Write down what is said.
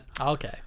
Okay